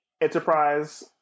enterprise